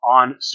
on